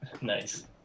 Nice